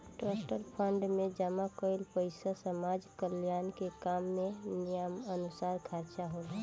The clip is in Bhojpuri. ट्रस्ट फंड में जमा कईल पइसा समाज कल्याण के काम में नियमानुसार खर्चा होला